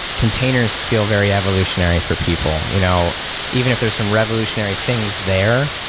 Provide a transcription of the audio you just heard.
containers feel very evolutionary for people. you know even if there're some revolutionary things there,